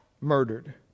murdered